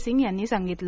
सिंग यांनी सांगितलं